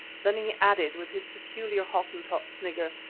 then he added, with his peculiar hottentot snigger,